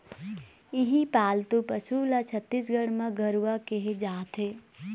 इहीं पालतू पशु ल छत्तीसगढ़ म गरूवा केहे जाथे